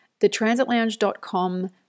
thetransitlounge.com